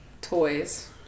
toys